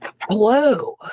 Hello